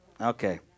Okay